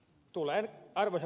arvoisa puhemies